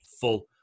full